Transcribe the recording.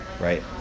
right